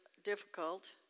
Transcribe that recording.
difficult